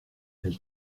elle